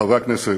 חברי הכנסת,